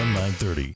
930